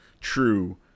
true